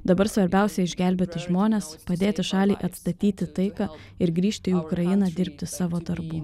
dabar svarbiausia išgelbėti žmones padėti šaliai atstatyti taiką ir grįžti į ukrainą dirbti savo darbų